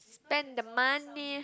spend the money